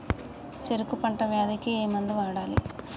చెరుకు పంట వ్యాధి కి ఏ మందు వాడాలి?